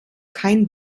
kein